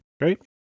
great